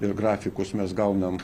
ir grafikus mes gaunam